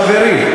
חברי,